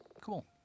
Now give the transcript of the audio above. cool